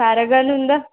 పారగాన్ ఉందా